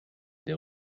der